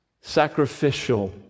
sacrificial